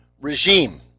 regime